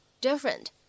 different